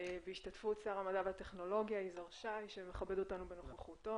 בהשתתפות שר המדע והטכנולוגיה יזהר שי שמכבד אותנו בנוכחותו.